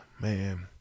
Man